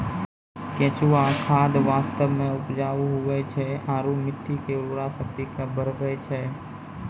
केंचुआ खाद वास्तव मे उपजाऊ हुवै छै आरू मट्टी के उर्वरा शक्ति के बढ़बै छै